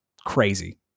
crazy